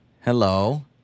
Hello